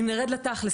אם ארד לתכלס,